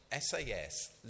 SAS